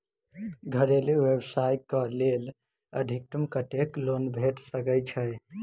घरेलू व्यवसाय कऽ लेल अधिकतम कत्तेक लोन भेट सकय छई?